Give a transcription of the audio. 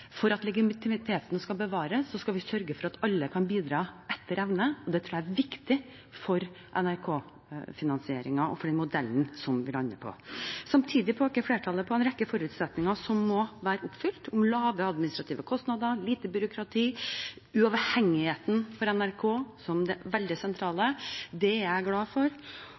For at legitimiteten skal bevares, skal vi sørge for at alle kan bidra etter evne. Det tror jeg er viktig for NRK-finansieringen og for modellen vi lander på. Samtidig peker flertallet på en rekke forutsetninger som må være oppfylt: lave administrative kostnader, lite byråkrati og uavhengigheten for NRK som det veldig sentrale. Det er jeg glad for.